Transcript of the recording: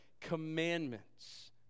Commandments